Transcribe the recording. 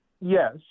yes